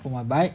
for my bike